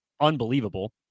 unbelievable